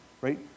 right